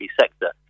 sector